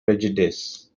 prejudice